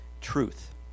Truth